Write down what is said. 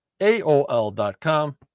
AOL.com